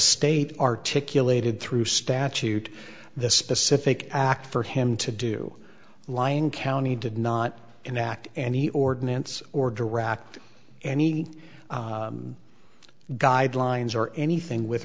state articulated through statute the specific act for him to do lying county did not enact any ordinance or direct any guidelines or anything with